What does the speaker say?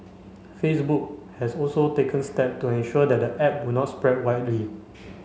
Facebook has also taken step to ensure that the app would not spread widely